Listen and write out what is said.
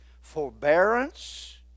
forbearance